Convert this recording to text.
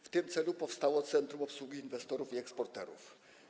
W tym celu powstało Centrum Obsługi Inwestora i Eksportera.